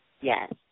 Yes